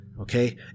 Okay